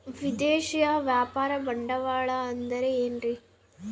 ವಿದೇಶಿಯ ವ್ಯಾಪಾರ ಬಂಡವಾಳ ಅಂದರೆ ಏನ್ರಿ?